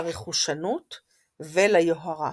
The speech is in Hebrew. לרכושנות וליוהרה.